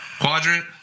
quadrant